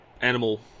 animal